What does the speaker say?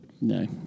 No